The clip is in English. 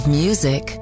music